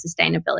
sustainability